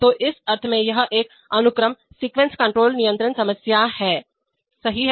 तो इस अर्थ में यह एक अनुक्रम सीक्वेंस कंट्रोलनियंत्रण समस्या है सही है